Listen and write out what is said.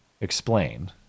explain